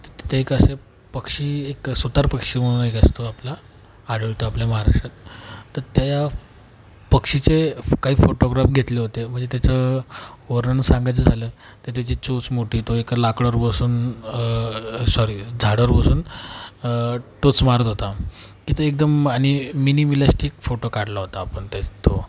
तर तिथं एक असे पक्षी एक सुतारपक्षी म्हणून एक असतो आपला आढळतो आहे आपल्या महाराष्ट्रात तर त्या फ पक्षीचे फ काही फोटोग्राप घेतले होते म्हणजे त्याचं वर्णन सांगायचं झालं तर त्याची चोच मोठी तो एका लाकडावर बसून सॉरी झाडावर बसून टोच मारत होता तिथं एकदम आणि मिनीमिलॅस्टिक फोटो काढला होता आपण त्याचा तो